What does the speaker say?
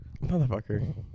motherfucker